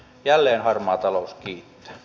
jälleen harmaa talous kiittää